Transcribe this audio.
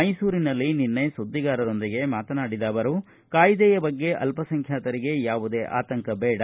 ಮೈಸೂರಿನಲ್ಲಿ ನಿನ್ನೆ ಸುದ್ದಿಗಾರರೊಂದಿಗೆ ಮಾತನಾಡಿದ ಅವರು ಕಾಯ್ದೆಯ ಬಗ್ಗೆ ಅಲ್ಲಸಂಖ್ಯಾತರಿಗೆ ಯಾವುದೇ ಆತಂಕ ಬೇಡ